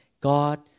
God